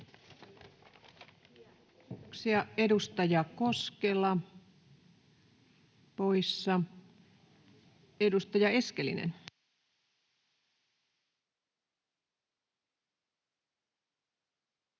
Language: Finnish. Edustaja Koskela poissa. — Edustaja Eskelinen.